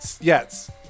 Yes